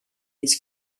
his